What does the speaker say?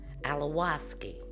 Alawaski